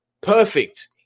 Perfect